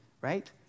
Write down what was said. right